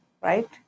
right